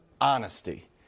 honesty